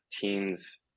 teens